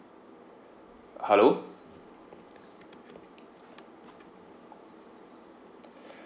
hello